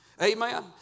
Amen